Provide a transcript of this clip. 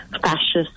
fascist